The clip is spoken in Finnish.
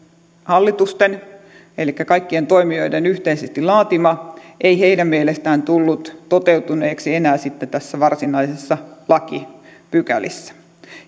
hallitusten elikkä kaikkien toimijoiden yhteisesti laatima ei heidän mielestään tullut toteutuneeksi enää sitten varsinaisissa lakipykälissä